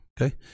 okay